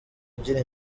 agira